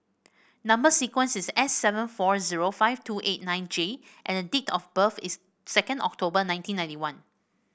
number sequence is S seven four zero five two eight nine J and date of birth is second October nineteen ninety one